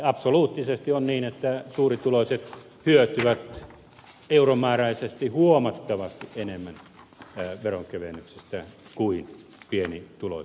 absoluuttisesti on niin että suurituloiset hyötyvät euromääräisesti huomattavasti enemmän veronkevennyksistä kuin pienituloiset